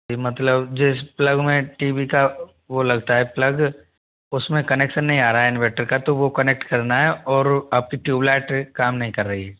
मतलब जिस प्लग में टी वी का वो लगता है प्लग उसमें कनेक्शन नहीं आ रहा है इन्वेर्टर का तो वो कनेक्ट करना है और आपकी ट्यूबलाईट काम नहीं कर रही है